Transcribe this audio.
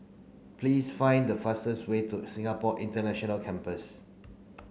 please find the fastest way to Singapore International Campus